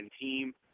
team